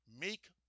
make